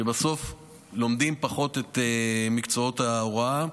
שבסוף לומדים פחות את מקצועות ההוראה.